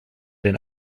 den